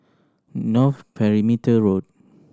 North Perimeter Road